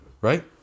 Right